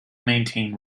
maintain